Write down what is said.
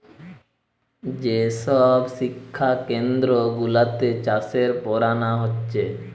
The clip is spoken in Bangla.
যে সব শিক্ষা কেন্দ্র গুলাতে চাষের পোড়ানা হচ্ছে